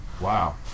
Wow